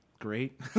Great